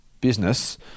business-